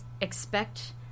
expect